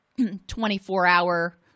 24-hour